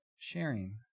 Sharing